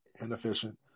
inefficient